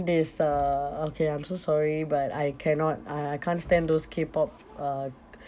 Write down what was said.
is uh okay I'm so sorry but I cannot uh I can't stand those K pop uh